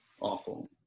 awful